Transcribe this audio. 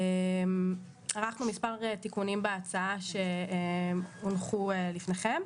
ערכנו מספר תיקונים בהצעה, שהונחו לפניכם.